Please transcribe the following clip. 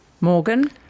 Morgan